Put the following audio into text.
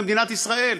במדינת ישראל,